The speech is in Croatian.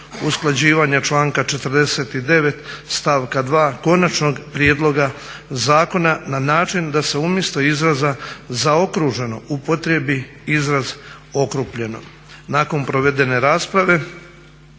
usklađivanja članka 49. stavka 2. konačnog prijedloga zakona na način da se umjesto izraza zaokruženo upotrijebi izraz okrupnjeno. Nakon provedene rasprave